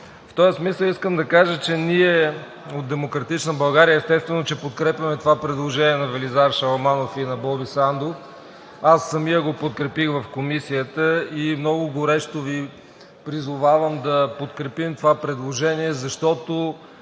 В този смисъл искам да кажа, че ние, от „Демократична България“, естествено, че подкрепяме това предложение на Велизар Шаламанов и на Боби Сандов. Аз самият го подкрепих в Комисията и много горещо Ви призовавам да подкрепим това предложение, защото